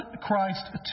Christ